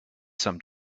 some